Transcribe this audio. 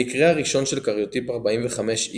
המקרה הראשון של קריוטיפ 45X0